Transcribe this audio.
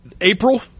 April